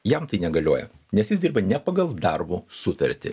jam tai negalioja nes jis dirba ne pagal darbo sutartį